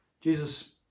Jesus